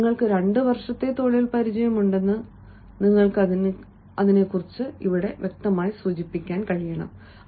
നിങ്ങൾക്ക് 2 വർഷത്തേക്ക് തൊഴിൽ പരിചയം ഉണ്ടെന്ന് പിന്തുണയ്ക്കാനും കഴിയും